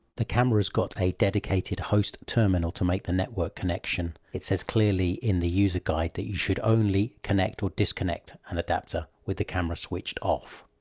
the camera's got a dedicated host terminal to make the network connection. it says clearly in the user guide that you should only connect or disconnect an adapter with the camera switched off.